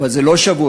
אבל זה לא שבועות,